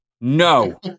No